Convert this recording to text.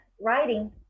writing